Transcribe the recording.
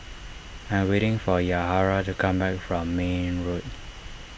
I am waiting for Yahaira to come back from Mayne Road